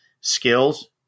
skills